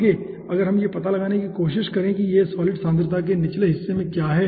आगे अगर हम यह पता लगाने की कोशिश करें कि इस सॉलिड सांद्रता के निचले हिस्से में क्या है